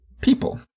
People